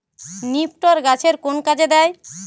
নিপটর গাছের কোন কাজে দেয়?